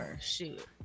Shoot